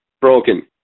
broken